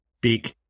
big